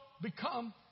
become